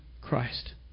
Christ